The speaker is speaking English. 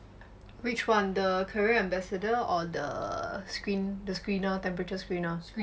which [one] the career ambassador or the screen the screener temperature screener